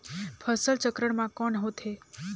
फसल चक्रण मा कौन होथे?